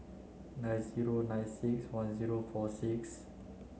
nine zero nine six one zero four six